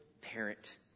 parent